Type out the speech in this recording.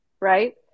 right